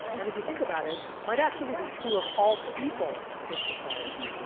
and if you think about it might actually be true of all people in society.